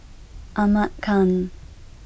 Ahmad Khan